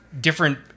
different